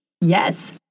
Yes